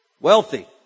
wealthy